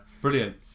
brilliant